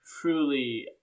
truly